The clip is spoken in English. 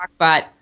Rockbot